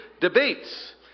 debates